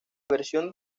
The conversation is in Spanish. versión